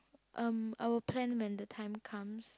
um I will plan when the time comes